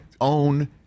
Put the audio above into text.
own